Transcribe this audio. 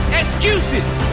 excuses